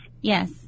Yes